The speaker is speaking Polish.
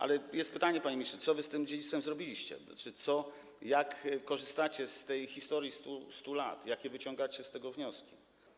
Ale jest pytanie, panie ministrze: Co wy z tym dziedzictwem zrobiliście, tzn. jak korzystacie z tej historii 100 lat, jakie wyciągacie z tego wnioski?